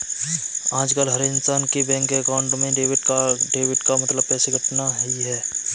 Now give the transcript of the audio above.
आजकल हर इन्सान के बैंक अकाउंट में डेबिट का मतलब पैसे कटना ही है